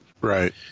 Right